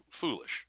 foolish